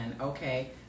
Okay